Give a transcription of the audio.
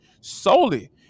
solely